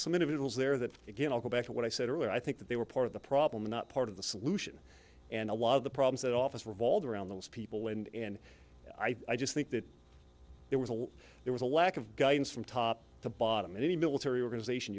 some individuals there that again i'll go back to what i said earlier i think that they were part of the problem not part of the solution and a lot of the problems that office revolved around those people and i just think that there was a lot there was a lack of guidance from top to bottom in any military organization